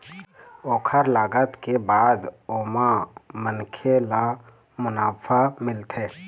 ओखर लागत के बाद ओमा मनखे ल मुनाफा मिलथे